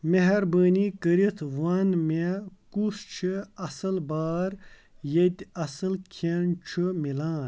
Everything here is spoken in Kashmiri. مہربٲنی کٔرِتھ ون مےٚ کُس چھِ اصٕل بار ییٚتہِ اصٕل کھٮ۪ن چھُ مِلان